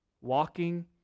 walking